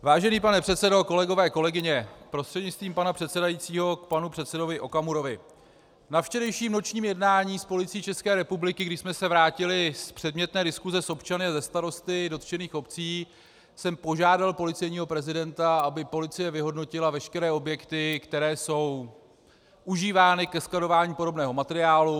Vážený pane předsedo, kolegové, kolegyně, prostřednictvím pana předsedajícího k panu předsedovi Okamurovi: Na včerejším nočním jednání s Policií České republiky, když jsme se vrátili z předmětné diskuse s občany a se starosty dotčených obcí, jsem požádal policejního prezidenta, aby policie vyhodnotila veškeré objekty, které jsou užívány ke skladování podobného materiálu.